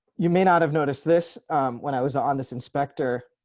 you may not have noticed this when i was on this inspector.